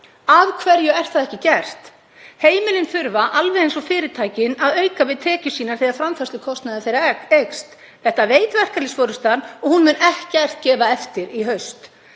Af hverju er það ekki gert? Heimilin þurfa, alveg eins og fyrirtækin, að auka við tekjur sínar þegar framfærslukostnaður þeirra eykst. Þetta veit verkalýðsforystan og hún mun ekkert gefa eftir í haust.